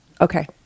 Okay